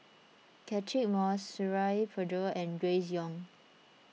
Catchick Moses Suradi Parjo and Grace Young